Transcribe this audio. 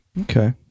Okay